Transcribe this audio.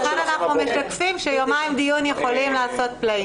לכן אנחנו משקפים שיומיים דיון יכולים לעשות פלאים.